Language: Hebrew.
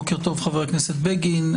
בוקר טוב חבר הכנסת בגין.